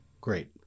Great